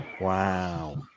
Wow